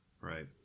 Right